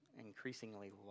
increasingly